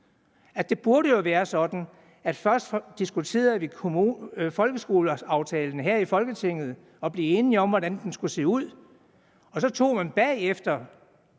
Det burde jo være sådan, at vi først diskuterede folkeskoleaftalen her i Folketinget og blev enige om, hvordan den skulle se ud, for hvad angår